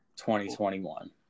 2021